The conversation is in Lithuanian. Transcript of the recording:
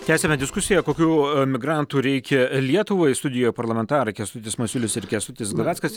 tęsiame diskusiją kokių migrantų reikia lietuvai studijoj parlamentarai kęstutis masiulis ir kęstutis glaveckas